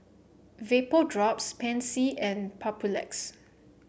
Vapodrops Pansy and Papulex